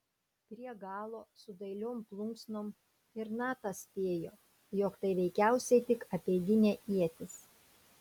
prie galo su dailiom plunksnom ir natas spėjo jog tai veikiausiai tik apeiginė ietis